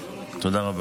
תודה רבה.